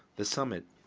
the summit